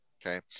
Okay